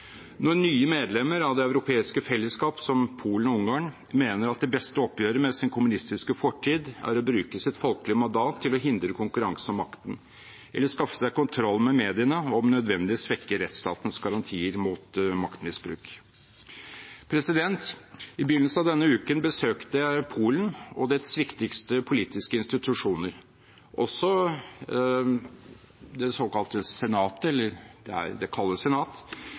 nye medlemmer av Det europeiske fellesskap, som Polen og Ungarn, mener at det beste oppgjøret med sin kommunistiske fortid er å bruke sitt folkelige mandat til å hindre konkurranse om makten eller skaffe seg kontroll med mediene og om nødvendig svekke rettsstatens garantier mot maktmisbruk. I begynnelsen av denne uken besøkte jeg Polen og dets viktigste politiske institusjoner, også det såkalte senatet – det kalles senat